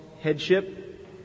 headship